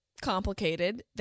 complicated